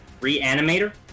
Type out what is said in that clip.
Reanimator